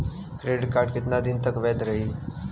Credit card कितना दिन तक वैध रही?